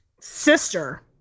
sister